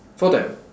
for them